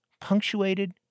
punctuated